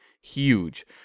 huge